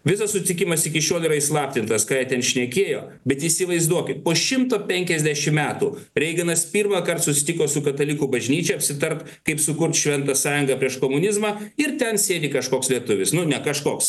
visas sutikimas iki šiol yra įslaptintas ką jie ten šnekėjo bet įsivaizduokit po šimto penkiasdešim metų reiganas pirmąkart susitiko su katalikų bažnyčia apsitart kaip sukurt šventą sąjungą prieš komunizmą ir ten sėdi kažkoks lietuvis nu ne kažkoks